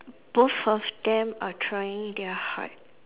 both of them are trying their hard